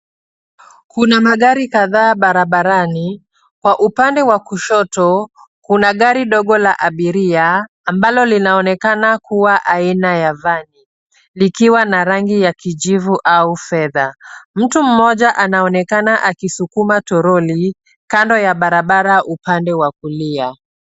Kuna magari kadhaa barabarani. Kwa upande wa kushoto kuna gari dogo la abiria ambalo linaonekana kuwa aina ya vani likiwa na rangi ya kijivu au fedha. Mtu mmoja anaonekana akisukuma toroli kando ya barabara upande wa kulia.